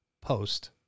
Post